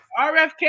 RFK